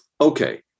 Okay